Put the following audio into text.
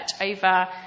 over